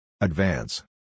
Advance